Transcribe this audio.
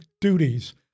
duties